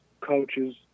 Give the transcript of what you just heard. coaches